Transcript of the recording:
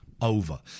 over